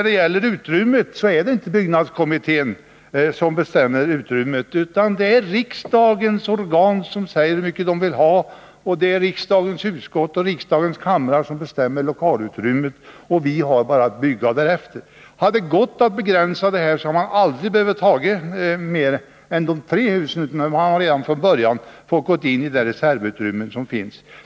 Det är inte byggnadskommittén som bestämmer utrymmet, utan det är riksdagens organ som säger hur stort utrymme man vill ha. Riksdagens utskott och kammare bestämmer lokalutrymmet, och vi har bara att bygga i enlighet därmed. Hade det gått att begränsa det, hade vi aldrig tagit mer än de tre husen, men man har redan från början fått gå in i det reservutrymme som finns.